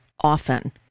often